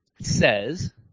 says